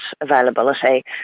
availability